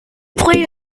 played